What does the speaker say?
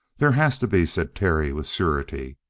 there has to be, said terry, with surety.